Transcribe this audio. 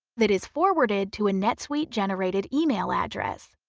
that is forwarded to a netsuite generated email address.